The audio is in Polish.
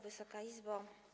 Wysoka Izbo!